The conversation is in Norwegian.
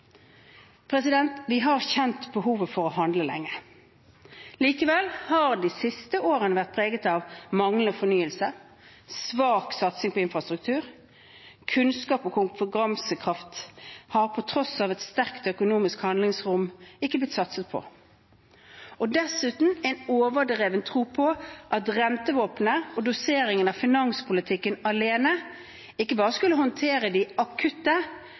Vi har kjent behovet for å handle lenge. Likevel har de siste årene vært preget av manglende fornyelse og svak satsing på infrastruktur. Kunnskap og konkurransekraft har på tross av et sterkt økonomisk handlingsrom ikke blitt satset på, og dessuten har det vært en overdreven tro på at rentevåpenet og doseringen av finanspolitikken alene skulle håndtere ikke bare de akutte,